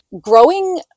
Growing